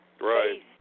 Right